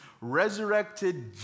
resurrected